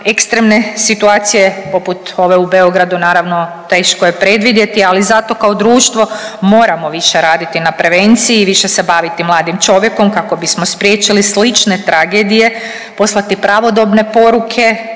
ekstremne situacije poput ove u Beogradu naravno teško je predvidjeti, ali zato kao društvo moramo više raditi na prevenciji i više se baviti mladim čovjekom kako bismo spriječili slične tragedije, poslati pravodobne poruke